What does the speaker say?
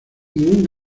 ningún